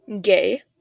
Gay